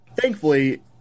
thankfully